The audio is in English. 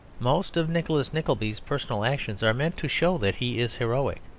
most of nicholas nickleby's personal actions are meant to show that he is heroic.